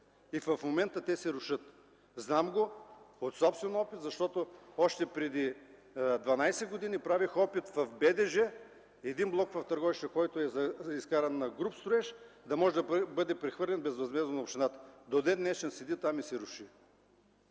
В момента те се рушат. Знам го от собствената си практика, защото още преди 12 години правих опит в БДЖ един блок в Търговище, изкаран на груб строеж, да може да бъде прехвърлен безвъзмездно на общината. До ден-днешен стои там и се руши.